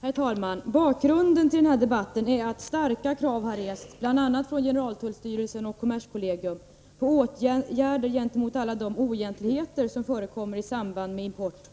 Herr talman! Bakgrunden till den här debatten är att starka krav har rests, bl.a. från generaltullstyrelsen och kommerskollegium, på åtgärder gentemot alla oegentligheter som förekommer i samband med import